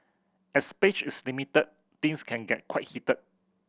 as space is limited things can get quite heated